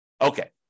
Okay